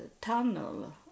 tunnel